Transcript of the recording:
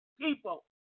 People